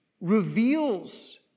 reveals